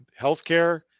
healthcare